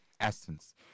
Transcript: essence